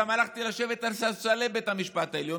גם הלכתי לשבת על ספסלי בית המשפט העליון.